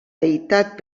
deïtat